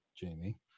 Jamie